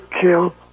kill